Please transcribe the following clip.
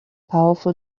powerful